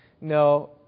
No